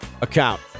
account